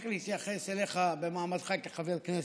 ולכן אני ממשיך להתייחס אליך במעמדך כחבר כנסת,